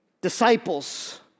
disciples